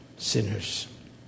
sinners